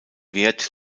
wert